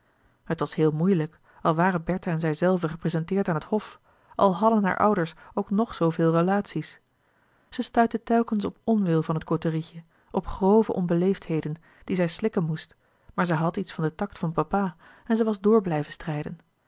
het was heel moeilijk al waren bertha en zijzelve geprezenteerd aan het hof al hadden haar ouders ook nog zoo veel relaties zij stuitte telkens op onwil van het côterietje op grove onbeleefdheden die zij slikken moest maar zij had iets van den tact van papa en zij was door blijven strijden